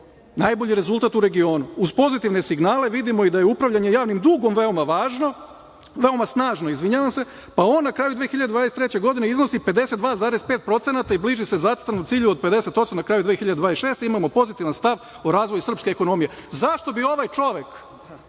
najbolji rezultat u regionu. Uz pozitivne signale vidimo i da je upravljanje javnim dugom veoma snažno, pa on na kraju 2023. godine iznosi 52,5% i bliži se zacrtanom cilju od 50% na kraju 2026. godine. Imamo pozitivan stav o razvoju srpske ekonomije.Zašto bi ovaj čovek,